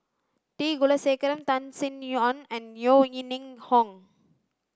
T Kulasekaram Tan Sin Aun and Yeo Ning Hong